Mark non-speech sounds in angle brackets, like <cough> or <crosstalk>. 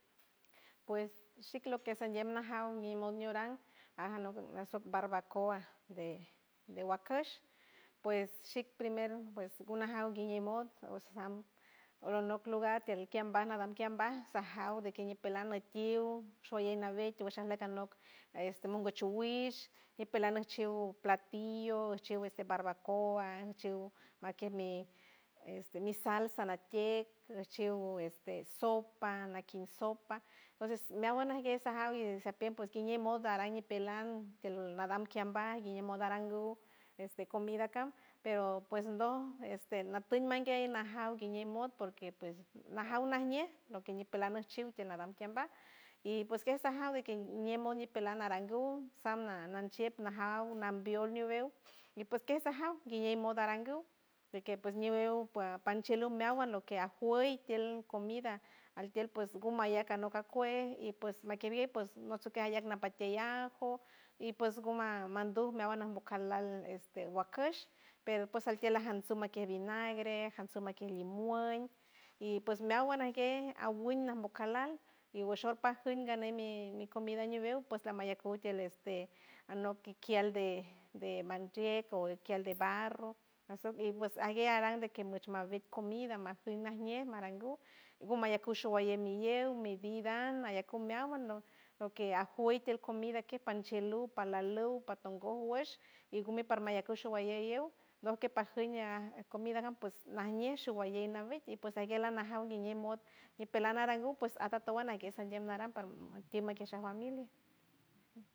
Pues xicloñemajaw ñimoñoran ajañot yot barbacoa de waquesh pues yitprimer pues guanajaw guiñimos oxam olok lugar tedeltiambaj sajaw dequeñipela natiw shainabe huixalacajlok a este barbacoa maxiu make mi salsa natied naxiu sopa nakin sopa tonces miagualnajenza jaw desa pien pues guiñimo naran pela guiñimodarangu este comida aca pues de este natum maguey majaw guiñamod porque pues najaw najñe lo queñipelaj najchiu telandan kiambaj tpues quezqjau ñiemo ni pelanarangud xanad manjiet zajaw nambiolñubal y pues kelsajaw guiñimo narangu yque pues <unintelligible> panchelu miagual loque ajoital comida angtiel pues gumaya canocacue y pues makebie y pues <unintelligible> napateiajo y pues gummanduj miagual bucalad uakash para pues jaltiel que binagre jatzuma que limon y que miauald na gue awinal bocalad y wshorpaj paj juingane mi comida ñibeuanotkiquial de de matdiet o kial de barro s soy pues ague aran de que abet comida mafui majñe marangu guamayacush guallamilleu mi vidan maya cumiawan ajueitel comida ja najñe shunajñe shunajñe shu ballenabe tpues aguelanajau guiñemotd ñipela narajugt alrato baramque tiema que quesh la familia.